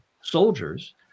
soldiers